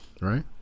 right